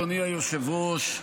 אדוני היושב-ראש,